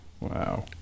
Wow